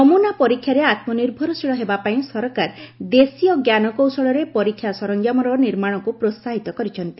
ନମୁନା ପରୀକ୍ଷାରେ ଆତ୍ମନିର୍ଭରଶୀଳ ହେବା ପାଇଁ ସରକାର ଦେଶୀୟ ଜ୍ଞାନକୌଶଳରେ ପରୀକ୍ଷା ସରଞ୍ଜାମର ନିର୍ମାଣକୁ ପ୍ରୋସାହିତ କରିଛନ୍ତି